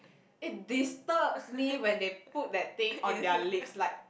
it disturbs me when they put that thing on their lips like